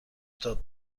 تاپ